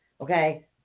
okay